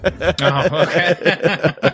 okay